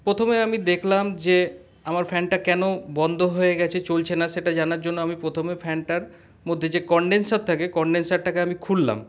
প্রথমে আমি দেখলাম যে আমার ফ্যানটা কেন বন্ধ হয়ে গেছে চলছে না সেটা জানার জন্য আমি প্রথমে ফ্যানটার মধ্যে যে কনডেনসার থাকে কনডেনসারটাকে আমি খুললাম